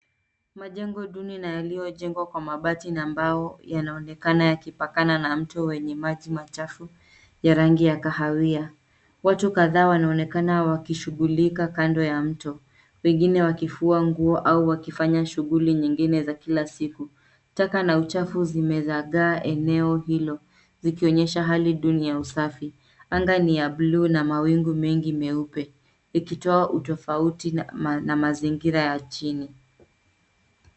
Majengo duni na yaliyojengwa kwa mabati na mbao, yanaonekana yakipakana na mto wenye maji machafu, ya rangi ya kahawia. Watu kadhaa wanaonekana wakishughulika kando ya mto. Wengine wakifua nguo au wakifanya shughuli nyingine za kila siku. Taka na uchafu zimezagaa eneo hilo, zikionyesha hali duni ya usafi. Anga ni ya bluu na mawingu mengi meupe. Ikitoa utofauti na mazingira ya chini.